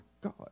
God